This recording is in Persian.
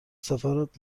سفرت